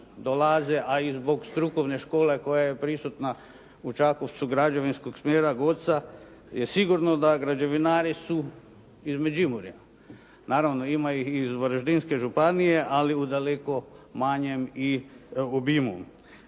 a i zbog strukovne škole koja je prisutna u Čakovcu građevinskog smjera, GOC-a, je sigurno da građevinari su iz Međimurja. Naravno, ima ih iz Varaždinske županije, ali u daleko manjem obimu.